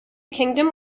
kingdom